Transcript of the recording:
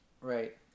Right